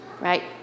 right